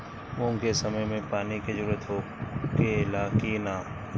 मूंग के समय मे पानी के जरूरत होखे ला कि ना?